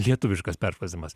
lietuviškas perfrazavimas